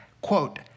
quote